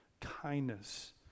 kindness